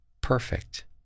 perfect